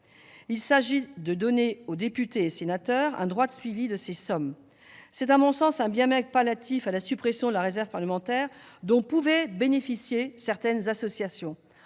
il s'agit de donner aux députés et sénateurs un droit de suivi sur ces sommes. C'est là, à mon sens, un bien maigre palliatif à la suppression de la réserve parlementaire, dont pouvaient bénéficier certaines associations.